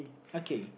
okay